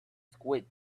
squid